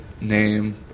name